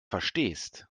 verstehst